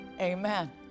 Amen